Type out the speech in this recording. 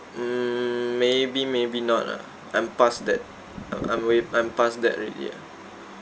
mm maybe maybe not lah I'm past that uh I'm way I'm past that already ah